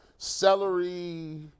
celery